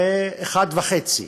זה פי-1.5,